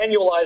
annualized